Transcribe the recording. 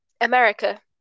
America